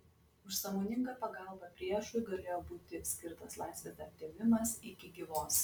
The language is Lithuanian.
už sąmoningą pagalbą priešui galėjo būti skirtas laisvės atėmimas iki gyvos